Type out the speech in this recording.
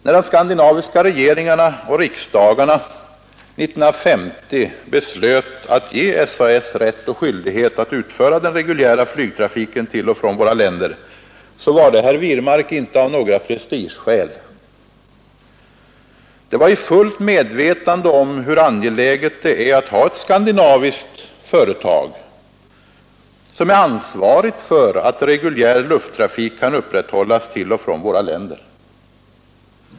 När de skandinaviska regeringarna och riksdagarna 1950 beslöt att ge SAS rätt och skyldighet att utföra den reguljära flygtrafiken till och från våra länder, var det, herr Wirmark, inte av några prestigeskäl, utan det skedde i fullt medvetande om hur angeläget det är att ha ett skandinaviskt företag, som är ansvarigt för att reguljär lufttrafik kan upprätthållas till och från våra länder.